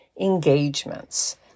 engagements